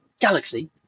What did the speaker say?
galaxy